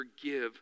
forgive